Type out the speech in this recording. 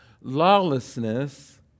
Lawlessness